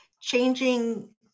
changing